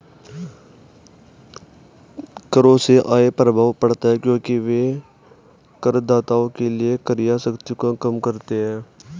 करों से आय प्रभाव पड़ता है क्योंकि वे करदाताओं के लिए क्रय शक्ति को कम करते हैं